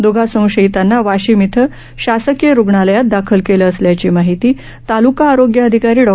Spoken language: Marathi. दोघां संशयितांना वाशिम इथं शासकिय रुग्णालयात दाखल केलं असल्याची माहीती तालुका आरोग्य अधिकारी डॉ